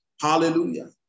Hallelujah